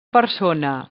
persona